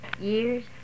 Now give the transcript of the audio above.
years